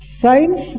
science